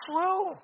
true